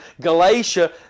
Galatia